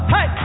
Hey